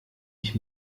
ich